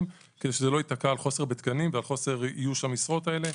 כדי שזה לא ייתקע על חוסר בתקנים ואיוש המשרות האלה.